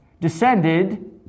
descended